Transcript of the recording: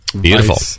Beautiful